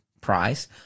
price